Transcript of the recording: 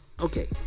Okay